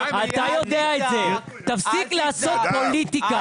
תפסיק לעשות פוליטיקה.